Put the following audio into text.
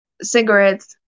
cigarettes